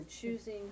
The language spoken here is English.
choosing